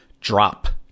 drop